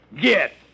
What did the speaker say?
Get